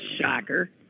shocker